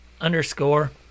underscore